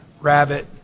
Rabbit